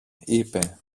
είπε